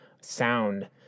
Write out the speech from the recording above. sound